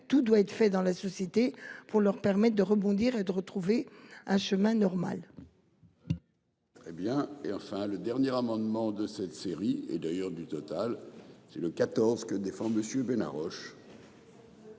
tout doit être fait dans la société pour leur permettent de rebondir et de retrouver un chemin normal.